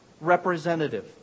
representative